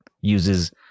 uses